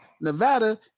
Nevada